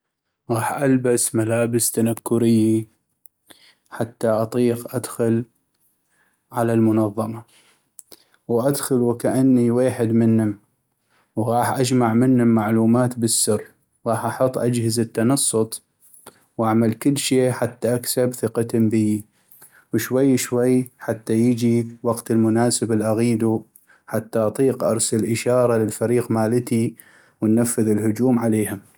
غاح البس ملابس تنكري حتى اطيق ادخل على المنظمة، وادخل وكاني ويحد منم وغاح اجمع منم معلومات بالسر غاح احط اجهزه تنصت ، واعمل كلشي حتى اكسب ثقتم بي وشوي شوي حتى يجي وقت المناسب ال اغيدو حتى اطيق ارسل اشارة للفريق مالتي ونفذ الهجوم عليهم.